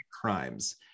crimes